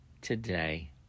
today